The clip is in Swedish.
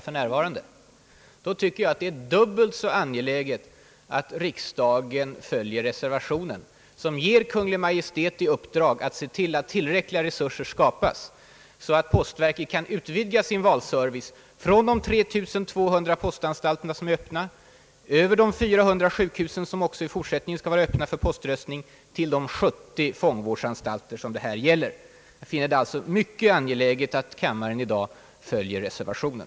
I det läget tycker jag att det är dubbelt så angeläget att riksdagen följer reservationen, som ger Kungl. Maj:t i uppdrag att se till att tillräckliga resurser ställs till postverkets förfogande så att det kan utvidga sin valservice från de 3 200 postanstalter som är öppna och de 400 sjukhus som har poströstning till också de 70 fångvårdsanstalter som det här gäller. Jag finner det alltså mycket angeläget att kammaren i dag följer reservationen.